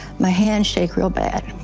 my hands shake real bad.